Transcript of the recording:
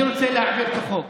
אני רוצה להעביר את החוק.